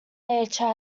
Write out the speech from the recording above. nature